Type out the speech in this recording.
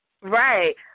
Right